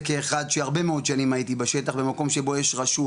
כאחד שהרבה מאוד שנים הייתי בשטח במקום שבו יש רשות,